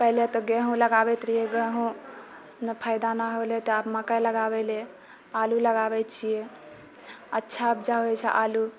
पहिले तऽ गेहूँ लगाबैत रहियै गेहूँमे फायदा ना होलै तऽ आब मकइ लगाबैले आलू लगाबै छियै अच्छा उपजाबै छियै आलू